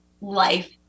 life